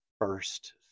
first